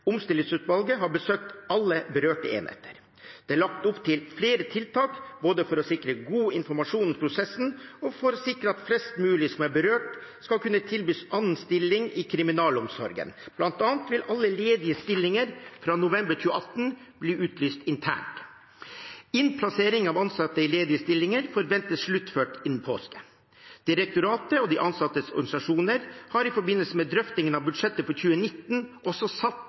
Omstillingsutvalget har besøkt alle berørte enheter. Det er lagt opp til flere tiltak både for å sikre god informasjon i prosessen og for å sikre at flest mulig som er berørt, skal kunne tilbys annen stilling i kriminalomsorgen. Blant annet vil alle ledige stillinger fra november 2018 bli utlyst internt. Innplassering av ansatte i ledige stillinger forventes sluttført innen påske. Direktoratet og de ansattes organisasjoner har i forbindelse med drøftinger av budsjettet for 2019 også satt